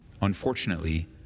Unfortunately